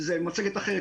זה מצגת אחרת,